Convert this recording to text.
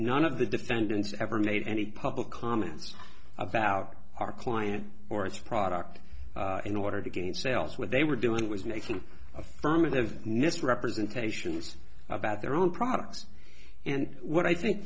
none of the defendants ever made any public comments about our client or its product in order to gain sales where they were doing was making affirmative misrepresentations about their own products and what i think